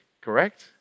Correct